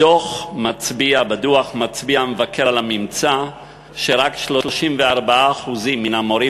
בדוח מצביע המבקר על הממצא שרק 34% מהמורים